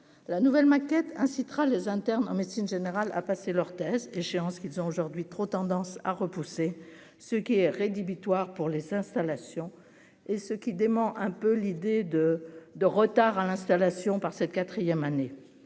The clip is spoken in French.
la nouvelle maquette incitera les internes en médecine générale à passer leurs tests échéance qu'ils ont aujourd'hui trop tendance à repousser ce qui est rédhibitoire pour les installations et ce qu'il dément un peu l'idée de de retard à l'installation par cette 4ème année